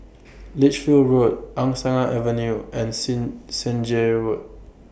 Lichfield Road Angsana Avenue and Sing Senja Road